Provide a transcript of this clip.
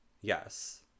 Yes